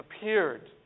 appeared